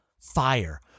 Fire